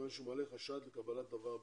כיוון שהוא מעלה חשד לקבלת דבר במרמה.